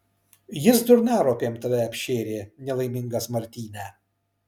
jis durnaropėm tave apšėrė nelaimingas martyne